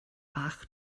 bach